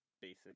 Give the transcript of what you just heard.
Basic